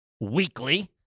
weekly